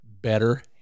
better